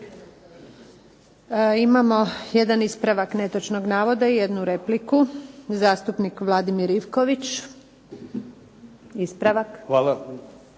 Imamo jedan ispravak netočnog navoda i jednu repliku. Zastupnik Vladimir Ivković, ispravak.